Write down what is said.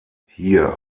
hier